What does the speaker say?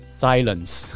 silence，